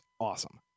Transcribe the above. awesome